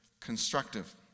constructive